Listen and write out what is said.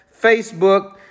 Facebook